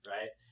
Right